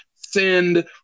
Send